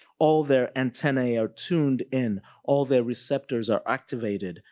all their antennae are tuned in. all their receptors are activated.